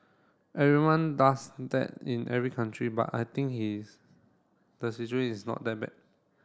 everyone does that in every country but I think his the situation is not that bad